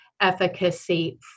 efficacy